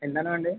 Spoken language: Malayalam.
എന്താണ് വേണ്ടത്